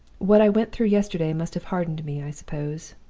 what i went through yesterday must have hardened me, i suppose.